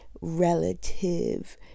relative